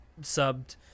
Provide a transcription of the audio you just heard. subbed